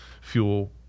fuel